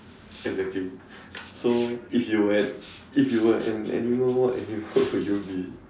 exactly so if you were an if you were an animal what animal would you be